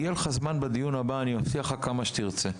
יהיה לך זמן בדיון הבא, אני מבטיח לך כמה שתרצה.